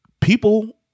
People